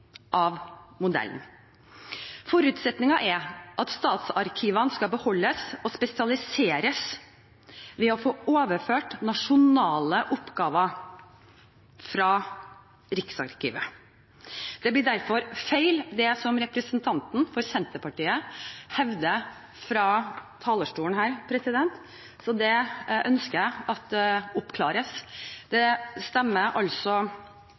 statsarkivene skal beholdes og spesialiseres ved å få overført nasjonale oppgaver fra Riksarkivet. Det blir derfor feil det som representanten fra Senterpartiet hevder fra talerstolen, så det ønsker jeg at man oppklarer. Det stemmer altså